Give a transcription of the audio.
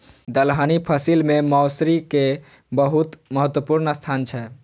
दलहनी फसिल मे मौसरी के बहुत महत्वपूर्ण स्थान छै